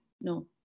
no